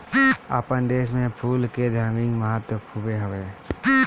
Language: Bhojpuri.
आपन देस में फूल के धार्मिक महत्व खुबे हवे